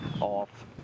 off